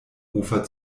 ufer